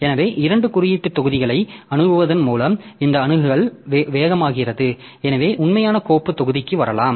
எனவே இரண்டு குறியீட்டு தொகுதிகளை அணுகுவதன் மூலம் இந்த அணுகல் வேகமாகிறது எனவே உண்மையான கோப்பு தொகுதிக்கு வரலாம்